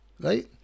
right